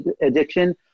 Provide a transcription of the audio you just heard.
addiction